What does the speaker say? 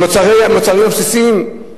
מוצרי חלב בסיסיים.